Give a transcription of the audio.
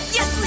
Yes